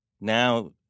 now